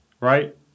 Right